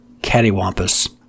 cattywampus